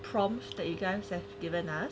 prompts that you guys have given us